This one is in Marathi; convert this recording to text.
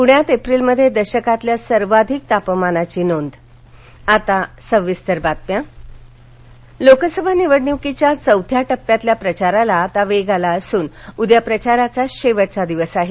पृण्यात एप्रीलमध्ये दशकातल्या सर्वाधिक तापमानाची नोंद प्रचारसभा लोकसभा निवडणूकीच्या चौथ्या टप्प्यातल्या प्रचाराला आता वेग आला असून उद्या प्रचाराचा शेवटचा दिवस आहे